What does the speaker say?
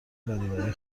برابری